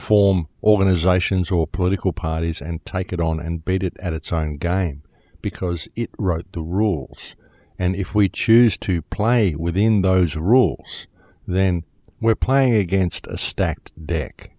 form organizations or political parties and take it on and bait it at its own guy because it write the rules and if we choose to play within those rules then we're playing against a stacked deck